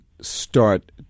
start